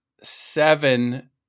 seven